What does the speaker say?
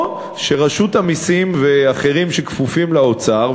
או שרשות המסים ואחרים שכפופים לאוצר,